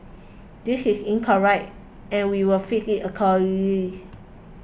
this is incorrect and we will fixed it accordingly